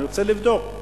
אני רוצה לבדוק.